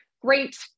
great